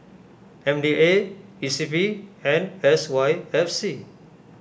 M D A E C P and S Y F C